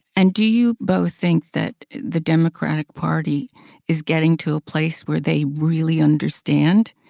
and do you both think that the democratic party is getting to a place where they really understand?